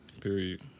Period